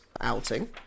outing